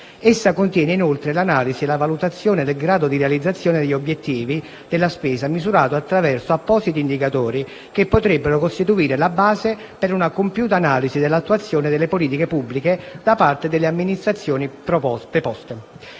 Essa contiene, inoltre, l'analisi e la valutazione del grado di realizzazione degli obiettivi della spesa, misurato attraverso appositi indicatori che potrebbero costituire la base per una compiuta analisi dell'attuazione delle politiche pubbliche da parte delle amministrazioni preposte.